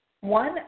one